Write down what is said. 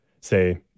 say